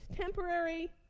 temporary